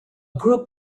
group